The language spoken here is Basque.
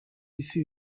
bizi